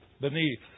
beneath